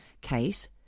case